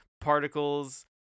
particles